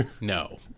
No